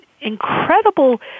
incredible